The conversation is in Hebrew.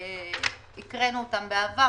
- הקראנו אותם בעבר.